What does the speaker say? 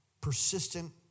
Persistent